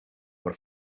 por